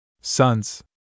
Sons